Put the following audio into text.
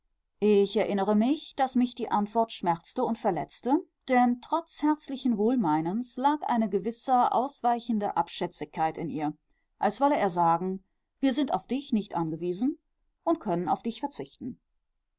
ich erinnere mich daß mich die antwort schmerzte und verletzte denn trotz herzlichen wohlmeinens lag eine gewisse ausweichende abschätzigkeit in ihr als wolle er sagen wir sind auf dich nicht angewiesen und können auf dich verzichten